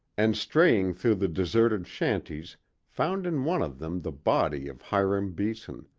and straying through the deserted shanties found in one of them the body of hiram beeson,